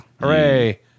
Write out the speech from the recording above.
Hooray